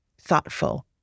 thoughtful